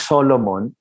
Solomon